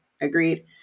Agreed